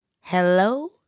Hello